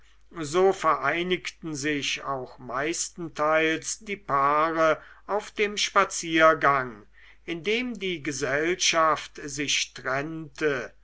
so vereinigten sich auch meistenteils die paare auf dem spaziergang indem die gesellschaft sich trennte